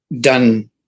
done